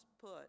put